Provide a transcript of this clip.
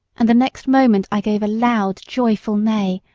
and the next moment i gave a loud, joyful neigh,